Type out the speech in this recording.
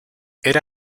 era